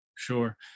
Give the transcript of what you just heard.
sure